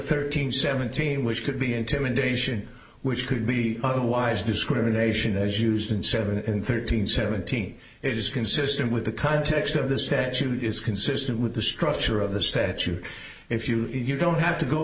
thirteen seventeen which could be intimidation which could be otherwise discrimination as used in seven and thirteen seventeen it is consistent with the context of the statute is consistent with the structure of the statute if you don't have to go